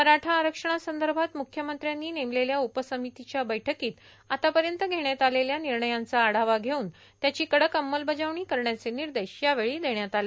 मराठा आरक्षणासंदर्भात मुख्यमंत्र्यांनी नेमलेल्या उपसमितीच्या बैठकीत आतापर्यत घेण्यात आलेल्या निर्णयांचा आढावा घेऊन त्याची कडक अंमलबजावणी करण्याचे निर्देश यावेळी देण्यात आले